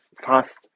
fast